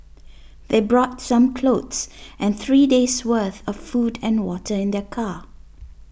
they brought some clothes and three days' worth of food and water in their car